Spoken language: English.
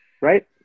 right